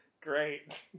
Great